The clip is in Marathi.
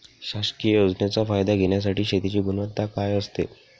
शासकीय योजनेचा फायदा घेण्यासाठी शेतीची गुणवत्ता काय असते?